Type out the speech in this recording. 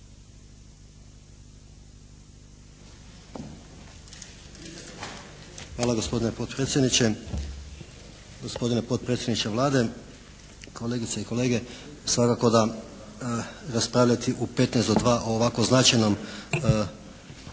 Hvala gospodine potpredsjedniče, gospodine potpredsjedniče Vlade, kolegice i kolege svakako da raspravljati u 15 do 2 o ovako značajnom